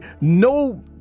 no